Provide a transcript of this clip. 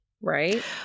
right